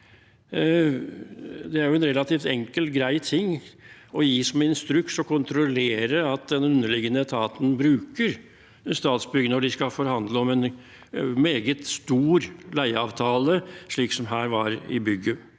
Det er en relativt enkel og grei ting å gi som instruks å kontrollere at den underliggende etaten bruker Statsbygg når de skal forhandle om en meget stor leieavtale, slik som her var i